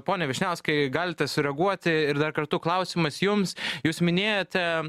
pone vyšniauskai galite sureaguoti ir dar kartu klausimas jums jūs minėjote